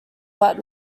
but